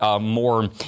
more